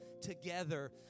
together